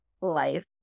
life